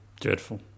Dreadful